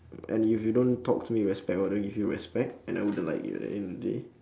and if you don't talk to me with respect I don't give you respect and I wouldn't like you at the end of the day